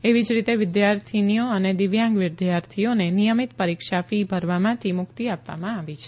એવી જ રીતે વિદ્યાર્થીનીઓ તથા દિવ્યાંગ વિદ્યાર્થીઓને નિયમિત પરીક્ષા ફી ભરવામાંથી મુક્તિ આપવામાં આવી છે